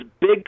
big